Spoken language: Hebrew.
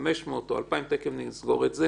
2,500 שקלים או 2,000, תכף נסגור בעל-פה.